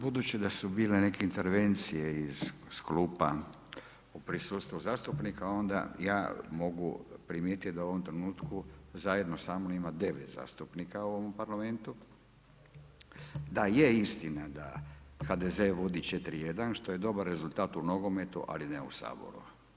Budući da su bile neke intervencije iz klupa o prisustvu zastupnika, onda ja mogu primijetiti da u ovom trenutku zajedno sa mnom ima 9 zastupnika u ovom parlamentu, da je istina da HDZ vodi 4:1, što je dobar rezultat u nogometu, ali ne u Saboru.